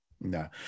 No